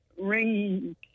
ring